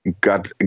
got